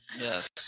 yes